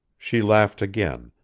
she laughed again,